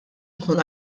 ikun